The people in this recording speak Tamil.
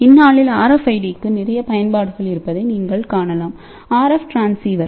இந்நாளில் RFID க்கு நிறைய பயன்பாடுகள் இருப்பதைநீங்கள் காணலாம் RF டிரான்ஸீவர்